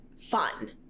fun